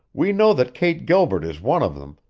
we know that kate gilbert is one of them,